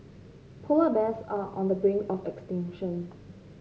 polar bears are on the brink of extinction